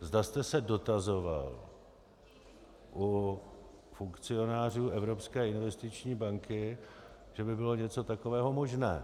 Zda jste se dotazoval u funkcionářů Evropské investiční banky, že by bylo něco takového možné.